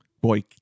boy